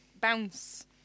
bounce